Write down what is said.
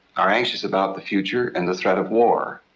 are anxious about the future and the threat of war.